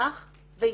צנח והתמוטט.